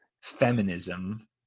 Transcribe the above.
feminism